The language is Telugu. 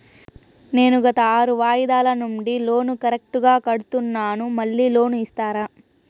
నేను గత ఆరు వాయిదాల నుండి లోను కరెక్టుగా కడ్తున్నాను, మళ్ళీ లోను ఇస్తారా?